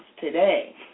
today